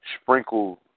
sprinkle